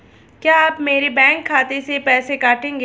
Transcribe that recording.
क्या आप मेरे बैंक खाते से पैसे काटेंगे?